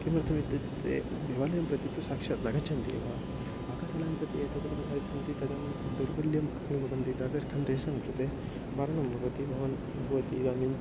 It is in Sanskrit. किमर्थमित्युक्ते देवालयं प्रति तु साक्षात् न गच्छन्ति एव पाकशालां प्रति एतादृशम् आगच्छन्ति तदानीं दौर्बल्यम् अनुभवन्ति तदर्थं तेषां कृते मरणं भवति भवान् भवति इदानीं